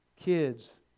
kids